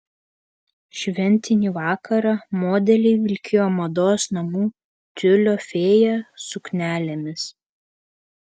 šventinį vakarą modeliai vilkėjo mados namų tiulio fėja suknelėmis